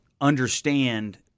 understand—